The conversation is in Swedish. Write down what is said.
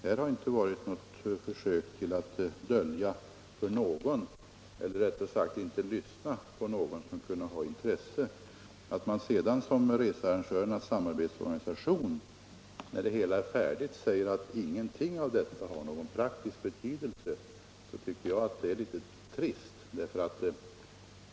Här har inte förekommit något försök att dölja något för någon eller rättare sagt att undvika att lyssna på synpunkter från någon som kunde ha intresse av frågan. Att sedan Researrangörernas samarbetsorganisation, när det hela är färdigt, säger att ingenting av detta har någon praktisk betydelse, tycker jag är litet trist.